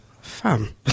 Fam